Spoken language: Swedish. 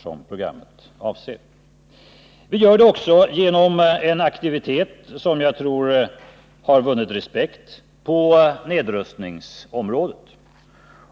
Fredagen den Vi gör det också genom en aktivitet på nedrustningens område som jag tror 7 december 1979 har vunnit respekt.